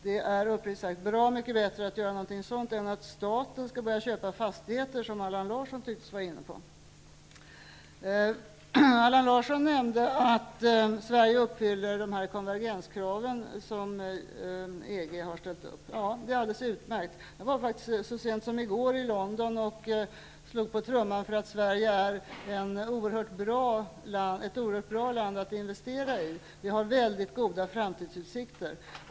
Det är uppriktigt sagt bra mycket bättre att göra någonting på det området än att staten skall börja köpa fastigheter, som Allan Larsson tycks vara inne på. Allan Larsson nämnde att Sverige uppfyller konvergenskraven som EG har ställt upp. Ja, det är alldeles utmärkt. Jag var faktiskt så sent som i går i London och slog på trumman för att Sverige är ett oerhört bra land att investera i. Vi har väldigt goda framtidsutsikter.